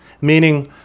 Meaning